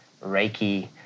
Reiki